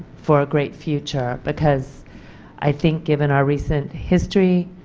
for a great future because i think, given our recent history,